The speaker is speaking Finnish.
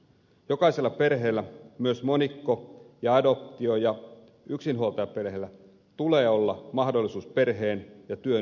jokaisella perheellä myös monikko ja adoptio ja yksinhuoltajaperheillä tulee olla mahdollisuus perheen ja työn yhteensovittamiseen